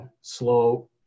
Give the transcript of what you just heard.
slow